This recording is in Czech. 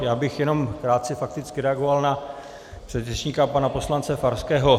Já bych jenom krátce fakticky reagoval na předřečníka pana poslance Jana Farského.